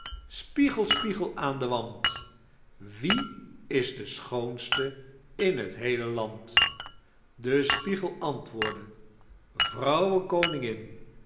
spiegel spiegel aan den wand wie is de schoonste in t heele land daar antwoordde de spiegel vrouw koningin